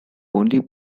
only